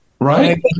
right